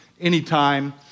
anytime